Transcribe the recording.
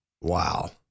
Wow